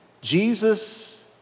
Jesus